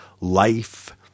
life